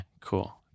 Cool